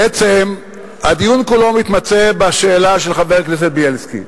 בעצם הדיון כולו מתמצה בשאלה של חבר הכנסת בילסקי.